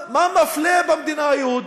שאם בן או בת הזוג שלך היא פלסטינית